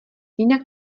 jinak